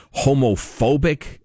homophobic